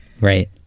Right